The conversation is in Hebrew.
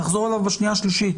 נחזור אליו בשנייה והשלישית,